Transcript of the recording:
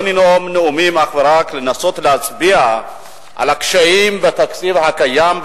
לא לנאום נאומים אך ורק אלא לנסות להצביע על הקשיים בתקציב הקיים,